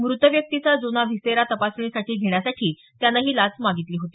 मृत व्यक्तीचा जुना व्हिसेरा तपासणीसाठी घेण्यासाठी त्यानं ही लाच मागितली होती